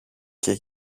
και